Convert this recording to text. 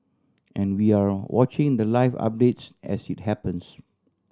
and we're watching the live updates as it happens